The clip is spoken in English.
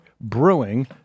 Brewing